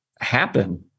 happen